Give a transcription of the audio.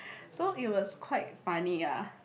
so it was quite funny ah